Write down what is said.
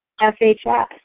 FHS